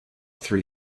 three